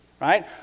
right